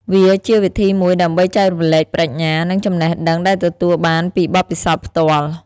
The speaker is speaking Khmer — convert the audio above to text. វាជាវិធីមួយដើម្បីចែករំលែកប្រាជ្ញា និងចំណេះដឹងដែលទទួលបានពីបទពិសោធន៍ផ្ទាល់។